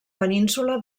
península